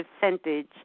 percentage